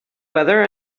weather